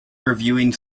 reviewing